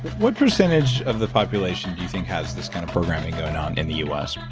what percentage of the population do you think has this kind of programming going on in the u s?